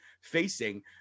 facing